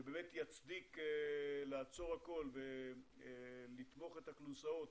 שיצדיק לעצור הכול לתמוך את הכלונסאות